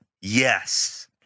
Yes